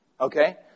Okay